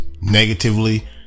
negatively